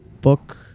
book